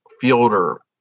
fielder